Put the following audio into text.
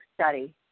Study